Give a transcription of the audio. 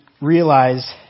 realize